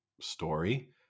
story